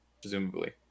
presumably